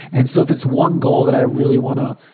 and so if it's one goal that i really want to,